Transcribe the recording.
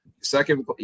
Second